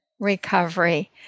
recovery